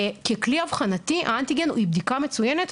ככלי אבחנתי האנטיגן היא בדיקה מצוינת,